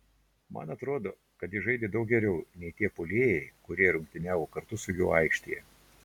man atrodo kad jis žaidė daug geriau nei tie puolėjai kurie rungtyniavo kartu su juo aikštėje